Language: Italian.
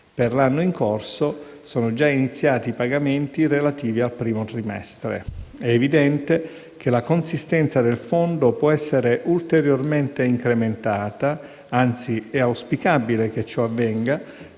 Per l'anno in corso sono già iniziati i pagamenti relativi al primo trimestre. È evidente che la consistenza del fondo può essere ulteriormente incrementata e, anzi, è auspicabile che ciò avvenga,